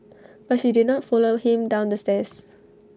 but she did not follow him down the stairs